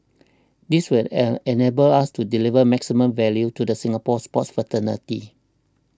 this will a enable us to deliver maximum value to the Singapore sports fraternity